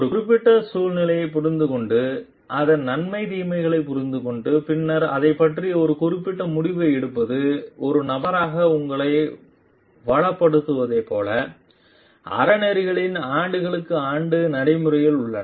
ஒரு குறிப்பிட்ட சூழ்நிலையைப் புரிந்துகொண்டு அதன் நன்மை தீமைகளைப் புரிந்துகொண்டு பின்னர் அதைப் பற்றி ஒரு குறிப்பிட்ட முடிவை எடுப்பது ஒரு நபராக உங்களை வளப்படுத்துவதைப் போல அறநெறிகளின் ஆண்டுகளும் ஆண்டுகளும் நடைமுறையில் உள்ளன